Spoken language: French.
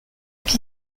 qui